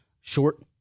short